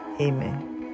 Amen